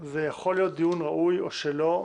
זה יכול להיות דיון ראוי או שלא,